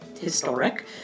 Historic